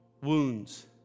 wounds